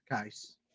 case